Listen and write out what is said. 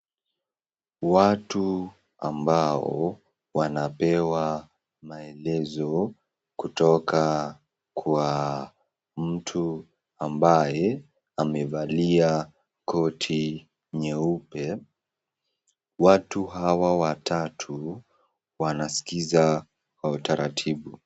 Watu ambao wanapewa maelezo kutoka kwa mtu ambaye amevalia koti nyeupe, watu hawa watatu wanaskiza kwa utaratibu.